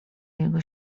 jego